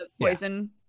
poison